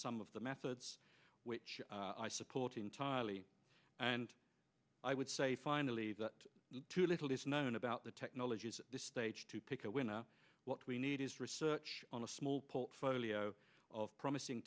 some of the methods which i support entirely and i would say finally that too little is known about the technology is the stage to pick a winner what we need is research on a small portfolio of promising